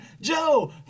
Joe